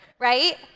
Right